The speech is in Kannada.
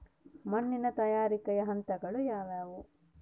ಮಣ್ಣಿನ ತಯಾರಿಕೆಯ ಹಂತಗಳು ಯಾವುವು?